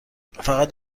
فقط